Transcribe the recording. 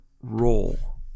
role